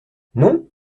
non